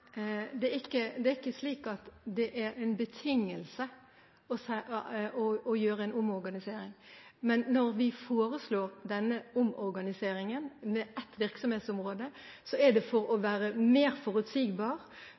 som er foreslått? Det er ikke slik at det er en betingelse å gjøre en omorganisering. Men når vi foreslår denne omorganiseringen til ett virksomhetsområde, er det for å være mer forutsigbar,